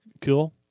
Cool